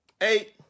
Eight